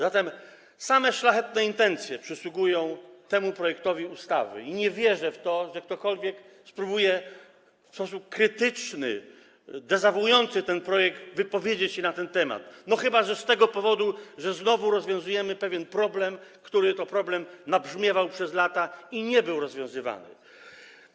Zatem same szlachetne intencje przyświecają temu projektowi ustawy i nie wierzę w to, że ktokolwiek spróbuje w sposób krytyczny, dezawuujący ten projekt wypowiedzieć się na ten temat, chyba że z tego powodu, że znowu rozwiązujemy pewien problem, który to problem nabrzmiewał przez lata i nie był rozwiązywany.